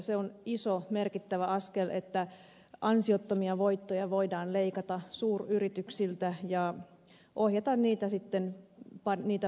se on iso merkittävä askel että ansiottomia voittoja voidaan leikata suuryrityksiltä ja ohjata niitä paremmin tarvitseville